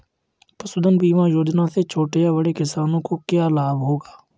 पशुधन बीमा योजना से छोटे या बड़े किसानों को क्या लाभ होगा?